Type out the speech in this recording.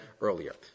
earlier